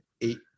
eight